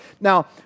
Now